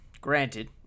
granted